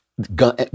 Gun